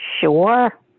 Sure